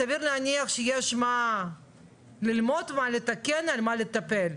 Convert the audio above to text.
סביר להניח שיש מה ללמוד, מה לתקן, מה לטפל.